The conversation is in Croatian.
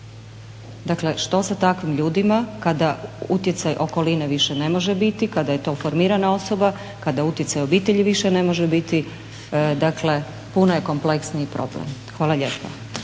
Dakle, što sa takvim ljudima kada utjecaj okoline više ne može biti kada je to formirana osoba, kada utjecaj obitelji više ne može biti, dakle puno je kompleksniji problem. Hvala lijepo.